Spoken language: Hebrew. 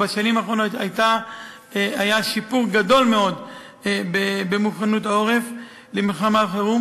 ובשנים האחרונות היה שיפור גדול מאוד במוכנות העורף למלחמה וחירום.